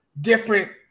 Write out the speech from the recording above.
different